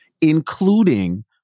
including